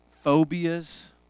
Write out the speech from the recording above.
phobias